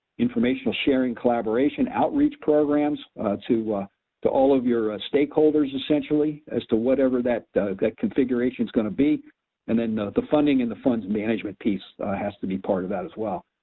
information sharing collaboration, outreach programs to to all of your ah stakeholders essentially as to whatever that configuration's gonna be and then the funding and the funds management piece has to be part of that as well.